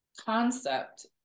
concept